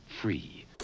Free